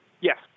Yes